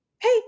hey